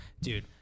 Dude